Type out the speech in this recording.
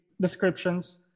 descriptions